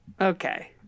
Okay